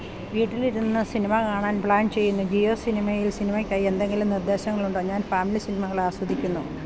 വീട്ടിലിരുന്ന് സിനിമ കാണാൻ പ്ലാൻ ചെയ്യുന്നു ജിയോ സിനിമയിൽ സിനിമയ്ക്കായി എന്തെങ്കിലും നിർദ്ദേശങ്ങളുണ്ടോ ഞാൻ ഫാമിലി സിനിമകളാസ്വദിക്കുന്നു